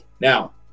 now